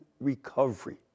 Recovery